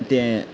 तें